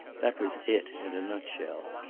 that was it, in a nutshell.